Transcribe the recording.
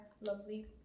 lovely